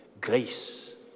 grace